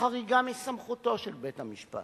חריגה מסמכותו של בית-המשפט,